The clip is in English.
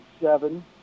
seven